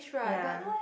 ya